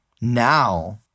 Now